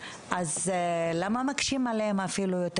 למה מקשים עליהם יותר,